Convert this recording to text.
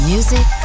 Music